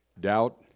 Doubt